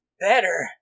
better